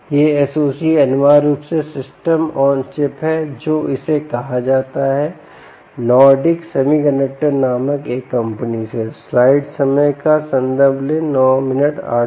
यह एसओसी अनिवार्य रूप से सिस्टम ऑन चिप है जोकि इसे कहा जाता है नॉर्डिक सेमीकंडक्टर नामक एक कंपनी से